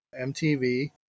MTV